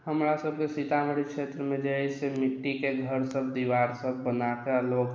हमरा सबके सीतामढ़ी क्षेत्रमे जे छै अछि से मिट्टीके घर सब दीवार सब बनाके लोक